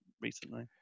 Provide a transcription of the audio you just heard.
recently